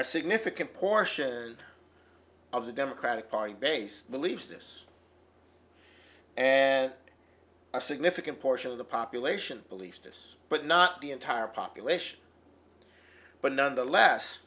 a significant portion of the democratic party base believes this and a significant portion of the population believes this but not the entire population but nonetheless